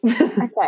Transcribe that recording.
Okay